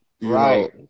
right